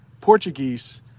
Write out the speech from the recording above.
portuguese